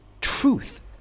truth